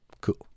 Cool